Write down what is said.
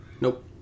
Nope